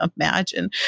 imagine